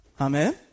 Amen